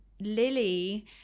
Lily